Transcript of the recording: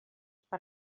per